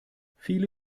viele